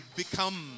become